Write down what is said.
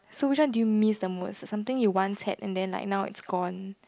so which one do you miss the most something you once had then now it's gone